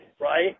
right